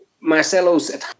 Marcelo's